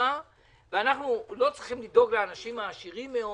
במצוקה ואנחנו לא צריכים לדאוג לאנשים העשירים מאוד,